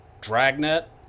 Dragnet